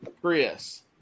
Chris